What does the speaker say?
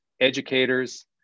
educators